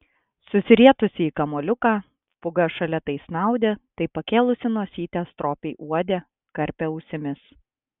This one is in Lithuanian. susirietusi į kamuoliuką pūga šalia tai snaudė tai pakėlusi nosytę stropiai uodė karpė ausimis